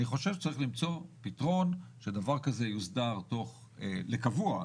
אני חושב שצריך למצוא פתרון שדבר כזה יוסדר באופן קבוע.